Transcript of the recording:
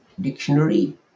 dictionary